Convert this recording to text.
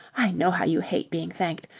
i know how you hate being thanked,